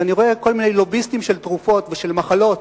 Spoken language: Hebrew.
אני רואה כל מיני לוביסטים של תרופות ושל מחלות: